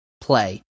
play